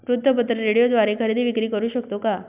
वृत्तपत्र, रेडिओद्वारे खरेदी विक्री करु शकतो का?